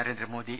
Narendra Modi